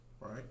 Right